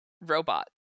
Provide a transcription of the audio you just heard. Robot